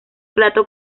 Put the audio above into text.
plato